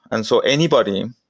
and so anybody,